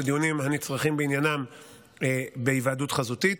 הדיונים הנצרכים בעניינם בהיוועדות חזותית.